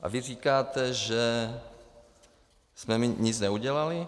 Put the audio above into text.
A vy říkáte, že jsme nic neudělali?